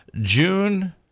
June